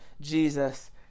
Jesus